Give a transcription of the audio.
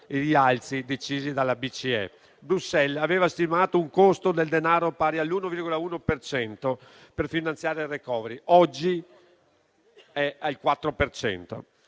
i rialzi decisi dalla BCE. Bruxelles aveva stimato un costo del denaro pari all'1,1 per cento per finanziare il *recovery*, mentre oggi è al 4